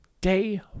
day